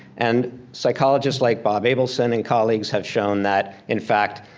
and psychologists like bob abelson and colleagues have shown that, in fact,